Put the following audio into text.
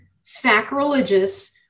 sacrilegious